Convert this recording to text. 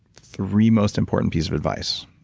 three most important pieces of advice,